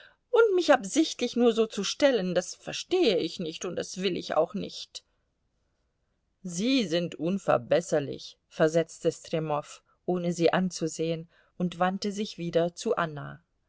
und mich absichtlich nur so zu stellen das verstehe ich nicht und das will ich auch nicht sie sind unverbesserlich versetzte stremow ohne sie anzusehen und wandte sich wieder zu anna